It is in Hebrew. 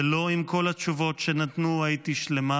ולא עם כל התשובות שנתנו הייתי שלמה.